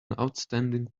outstanding